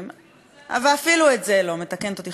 מתקנת אותי חברת הכנסת עליזה לביא,